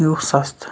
یہِ اوس سَستہٕ